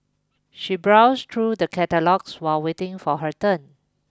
she browsed through the catalogues while waiting for her turn